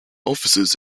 offices